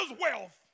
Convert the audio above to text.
wealth